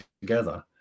together